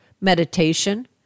meditation